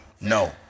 no